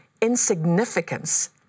insignificance